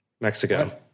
Mexico